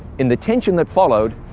in the tension that followed,